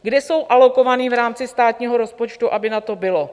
Kde jsou alokovány v rámci státního rozpočtu, aby na to bylo?